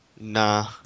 Nah